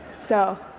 so